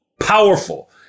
powerful